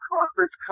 Conference